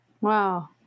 wow